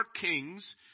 kings